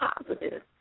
positive